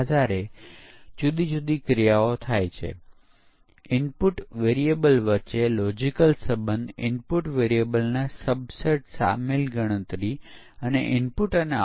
આનો જવાબ એ છે કે 85 ટકાથી વધુ ખામી દૂર કરવી ખૂબ જ મુશ્કેલ છે કારણ કે આપણે ઘણા વધુ ફિલ્ટર્સનો ઉપયોગ કરવો પડશે અને દરેક ફિલ્ટર અથવા બગ ડિટેકશન તકનીકી ખરેખર જટિલ છે